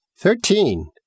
Thirteen